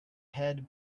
head